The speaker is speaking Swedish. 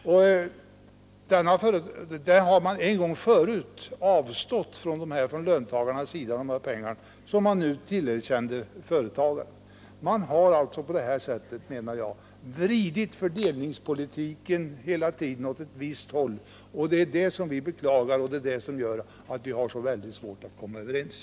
Från löntagarnas sida har man en gång förut avstått från dessa pengar som nu tillerkänts företagarna. Ni har, menar jag, hela tiden vridit fördelningspolitiken åt ett visst håll. Det är det som vi beklagar, och det är det som gör att vi har så väldigt svårt att komma överens.